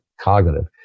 cognitive